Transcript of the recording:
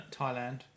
Thailand